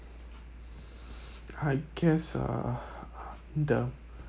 I guess uh the